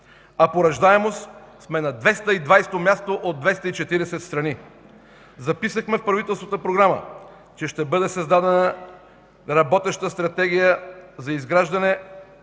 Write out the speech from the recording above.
а по раждаемост сме на 220-о място от 240 страни. Записахме в правителствената програма, че ще бъде създадена работеща стратегия за разрешение